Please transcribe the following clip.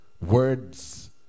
words